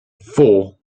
four